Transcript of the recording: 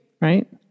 right